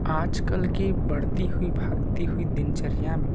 आज कल की बढ़ती हुई भागती हुई दिनचर्या में